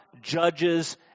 Judges